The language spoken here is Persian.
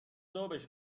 ذوبش